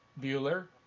Bueller